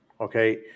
Okay